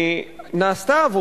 נעשתה,